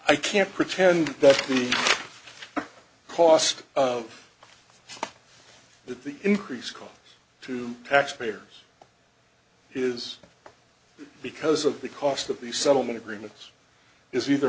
i can't pretend that the cost of that the increased cost to taxpayers is because of the cost of the settlement agreement is either